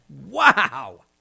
Wow